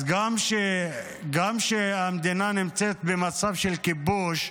אז גם כשהמדינה נמצאת במצב של כיבוש,